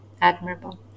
admirable